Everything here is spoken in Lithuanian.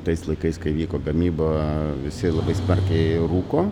tais laikais kai vyko gamyba visi labai smarkiai rūko